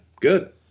Good